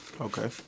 Okay